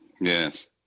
Yes